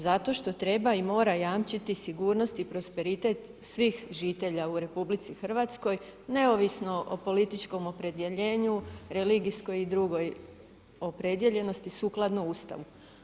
Zato što treba i mora jamčiti sigurnost i prosperitet svih žitelja u RH neovisno o političkom opredjeljenju, religijskoj i drugoj opredijeljenosti sukladno Ustavu.